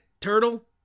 turtle